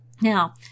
Now